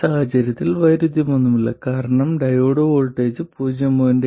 ഈ സാഹചര്യത്തിൽ വൈരുദ്ധ്യമൊന്നുമില്ല കാരണം ഡയോഡ് വോൾട്ടേജ് 0